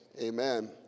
amen